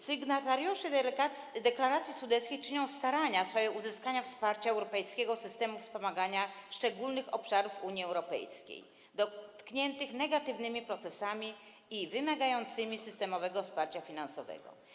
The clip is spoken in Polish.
Sygnatariusze „Deklaracji sudeckiej” czynią starania w sprawie uzyskania wsparcia w ramach europejskiego systemu wspomagania szczególnych obszarów Unii Europejskiej, dotkniętych negatywnymi procesami i wymagających systemowego wsparcia finansowego.